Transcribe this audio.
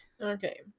Okay